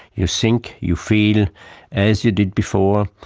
you think, you feel as you did before,